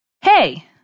Hey